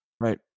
Right